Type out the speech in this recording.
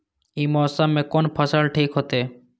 ई मौसम में कोन फसल ठीक होते?